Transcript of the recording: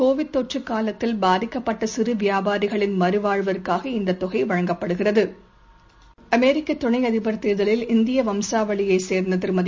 Covid தொற்றுகாலத்தில் பாதிக்கப்பட்டசிறுவியாபாரிகளின் மறுவாழ்வுக்காக இந்ததொகைவழங்கப்படுகிறது அமெரிக்கதுணைஅதிபர் தேர்தலில் இந்தியவம்சாவளியைச் சேர்ந்ததிருமதி